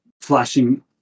flashing